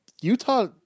Utah